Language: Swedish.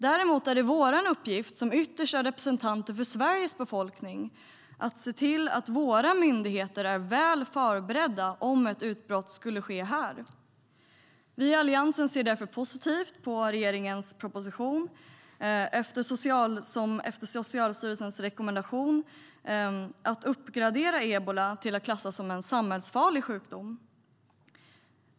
Däremot är det vår uppgift, som de yttersta representanterna för Sveriges befolkning, att se till att våra myndigheter är väl förberedda om ett utbrott skulle ske här. Vi i Alliansen ser därför positivt på regeringens proposition efter Socialstyrelsens rekommendation om att uppgradera ebola till att klassas som en samhällsfarlig sjukdom.